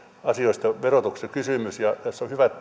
asioista verotuksellisesti kysymys ja tässä on hyvät